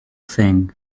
thing